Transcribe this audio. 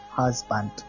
husband